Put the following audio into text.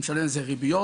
משלמים על זה ריביות